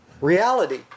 Reality